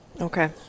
Okay